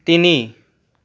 তিনি